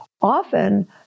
Often